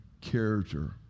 character